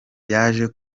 yaje